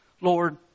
Lord